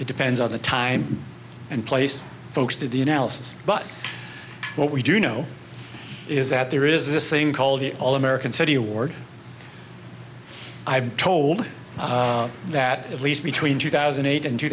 it depends on the time and place folks do the analysis but what we do know is that there is this thing called the all american study award i've been told that at least between two thousand and eight and two